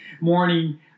morning